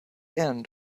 end